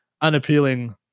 unappealing